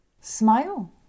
Smile